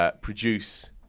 produce